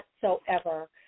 whatsoever